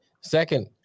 Second